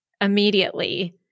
immediately